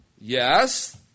Yes